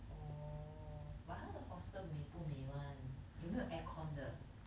orh but 它的 hostel 美不美 one 有没有 air con 的